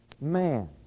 man